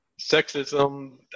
sexism